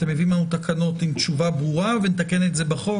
שאתם מביאים לנו תקנות עם תשובה ברורה ונתקן את זה בחוק